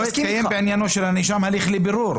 לא התקיים בעניינו של הנאשם הליך לבירור.